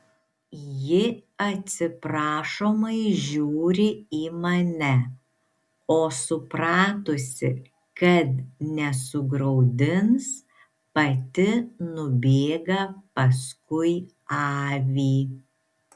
ji atsiprašomai žiūri į mane o supratusi kad nesugraudins pati nubėga paskui avį